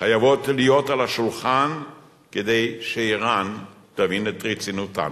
חייבות להיות על השולחן כדי שאירן תבין את רצינותן.